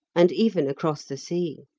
and even across the sea.